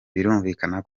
birumvikana